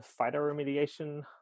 phytoremediation